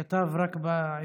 הוא כתב רק בעברית?